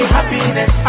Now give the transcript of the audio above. Happiness